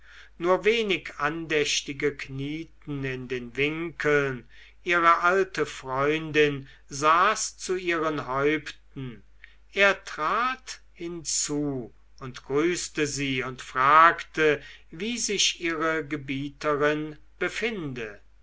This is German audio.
nur wenige andächtige knieten in den winkeln ihre alte freundin saß zu ihren häupten er trat hinzu und grüßte sie und fragte wie sich ihre gebieterin